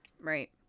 Right